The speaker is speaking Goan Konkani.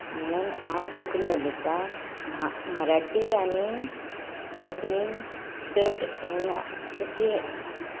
म्हणून हांव कोंकणी उलयता मराठी आनी कोंकणींत चड हें ना जशी